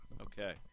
Okay